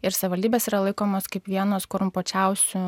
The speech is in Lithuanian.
ir savivaldybės yra laikomos kaip vienos korumpuočiausių